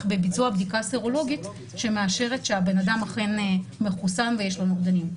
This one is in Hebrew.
בביצוע בדיקה סרולוגית שמאשרת שהבן אדם אכן מחוסן ויש לו נוגדנים.